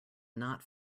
not